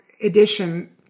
edition